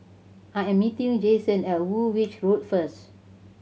I am meeting Jason at Woolwich Road first